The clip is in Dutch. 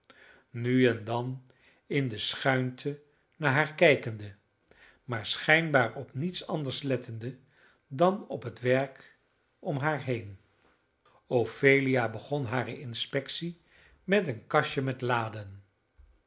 nu en dan in de schuinte naar haar kijkende maar schijnbaar op niets anders lettende dan op het werk om haar heen ophelia begon hare inspectie met een kastje met laden